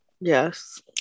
yes